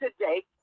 today